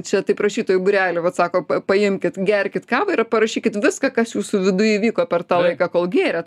čia taip rašytojų būrelio vat sako paimkit gerkit kavą ir parašykit viską kas jūsų viduj įvyko per tą laiką kol gėrėt